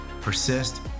persist